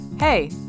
Hey